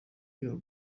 iyo